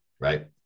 right